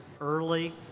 early